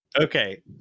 Okay